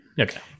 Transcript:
Okay